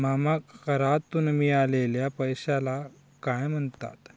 मामा करातून मिळालेल्या पैशाला काय म्हणतात?